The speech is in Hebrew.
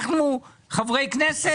אנחנו חברי כנסת.